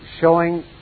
showing